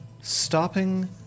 stopping